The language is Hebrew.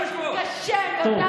קשה, אני